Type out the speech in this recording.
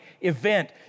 event